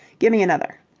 gimme another!